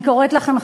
אני קוראת לכם,